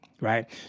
Right